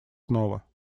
снова